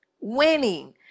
Winning